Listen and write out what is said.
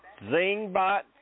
Zingbot